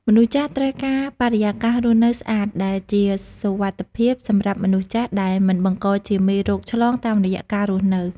មនុស្សចាស់ត្រូវការបរិយកាសរស់នៅស្អាតដែលជាសុវត្ថិភាពសម្រាប់មនុស្សចាស់ដែលមិនបង្កជាមេរោគឆ្លងតាមរយៈការរស់នៅ។